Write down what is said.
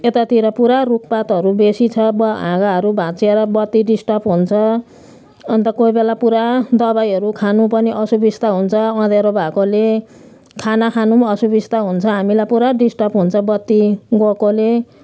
यतातिर पुरा रुखपातहरू बेसी छ हाँगाहरू भाँच्चिएर बत्ती डिस्टर्ब हुन्छ अन्त कोही बेला पुरा दबाईहरू खानु पनि असुबिस्ता हुन्छ अँध्यारो भएकोले खाना खानु नि असुबिस्ता हुन्छ हामीलाई पुरा डिस्टर्ब हुन्छ बत्ती गएकोले